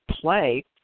play